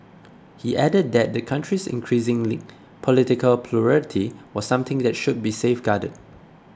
he added that the country's increasing political plurality was something that should be safeguarded